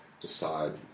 decide